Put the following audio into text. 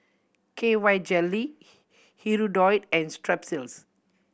K Y Jelly Hirudoid and Strepsils